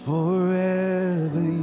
Forever